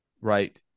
right